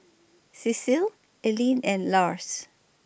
Cecile Alene and Lars